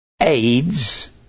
AIDS